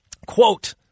Quote